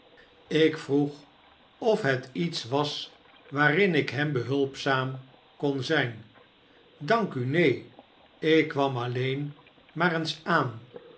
ik vroeg of het iets was waarin ikhembehulpzaam kon zgn dank u neen ik kwam alleen maar eens aan